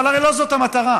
אבל הרי לא זאת המטרה,